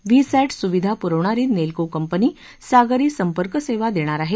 VSAT सुविधा पुरवणारी Nelco company सागरी संपर्क सेवा देणार आहे